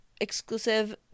exclusive